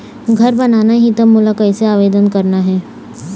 घर बनाना ही त मोला कैसे आवेदन करना हे?